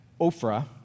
ophrah